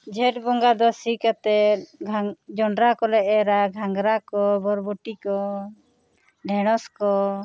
ᱡᱷᱮᱸᱴ ᱵᱚᱸᱜᱟ ᱫᱚ ᱥᱤ ᱠᱟᱛᱮᱜ ᱜᱷᱟᱱ ᱡᱚᱱᱰᱨᱟ ᱠᱚᱞᱮ ᱮᱨᱟ ᱜᱷᱟᱸᱜᱽᱨᱟ ᱠᱚ ᱵᱚᱲᱵᱩᱴᱤ ᱠᱚ ᱵᱷᱮᱸᱲᱚᱥ ᱠᱚ